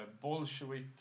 Bolshevik